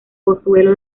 pozuelo